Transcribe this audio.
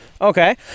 Okay